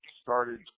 started